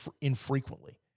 infrequently